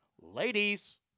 Ladies